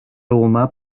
roma